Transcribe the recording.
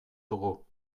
dugu